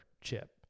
chip